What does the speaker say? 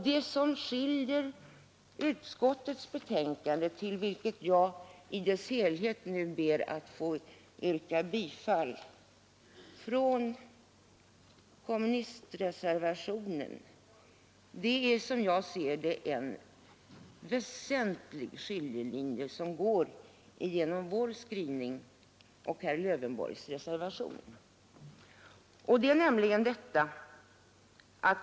Det går en väsentlig skiljelinje mellan skrivningen i utskottets betänkande — till vilket jag nu i dess helhet ber att få yrka bifall — och herr Lövenborgs reservation.